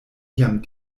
jam